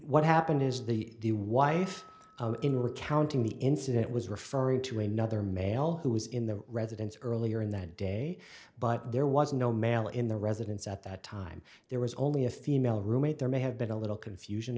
what happened is the wife in recounting the incident was referring to another male who was in the residence earlier in the day but there was no male in the residence at the time there was only a female roommate there may have been a little confusion